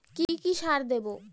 কি কি সার দেবো?